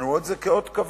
אני רואה בזה אות כבוד.